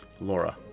Laura